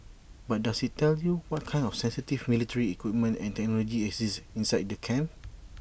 but does IT tell you what kind of sensitive military equipment and technology exist inside the camps